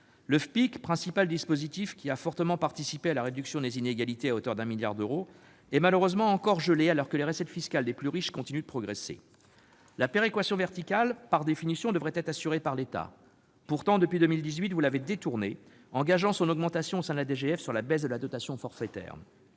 Son principal dispositif, le FPIC, qui a fortement participé à la réduction des inégalités, à hauteur de 1 milliard d'euros, est malheureusement encore gelé, alors que les recettes fiscales des communes les plus riches continuent de progresser. La péréquation verticale, par définition, devrait être assurée par l'État. Pourtant, depuis 2018, vous la détournez en gageant son augmentation au sein de la DGF sur la baisse de la dotation forfaitaire.